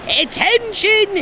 attention